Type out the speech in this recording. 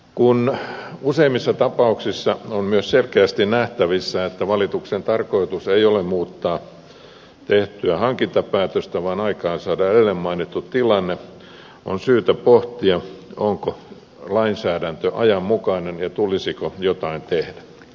kun useimmissa tapauksissa on myös selkeästi nähtävissä että valituksen tarkoitus ei ole muuttaa tehtyä hankintapäätöstä vaan aikaansaada edellä mainittu tilanne on syytä pohtia onko lainsäädäntö ajanmukainen ja tulisiko jotain tehdä